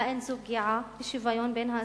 האין זו פגיעה בשוויון בין האסירים?